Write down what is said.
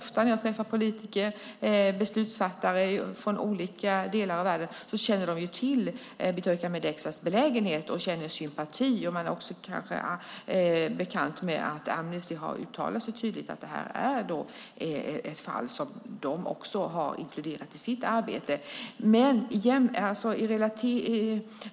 Ofta när jag träffar politiker och beslutsfattare från olika delar av världen hör jag att de känner till Birtukan Mideksas belägenhet och känner sympati. De är kanske också bekanta med att Amnesty har uttalat sig tydligt om att detta är ett fall som de har inkluderat i sitt arbete.